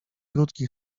krótki